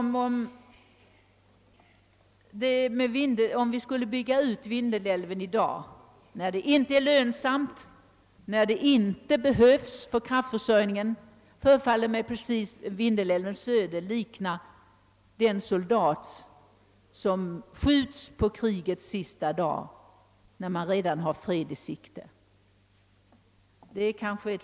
— Om vi bygger ut Vindelälven i dag, när det inte är lönsamt och inte behövs för kraftförsörjningen, förefaller mig Vindelälven röna samma öde som den soldat som skjuts på krigets sista dag, när man redan har fred i sikte.